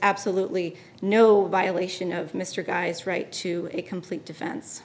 absolutely no violation of mr guy's right to a complete defense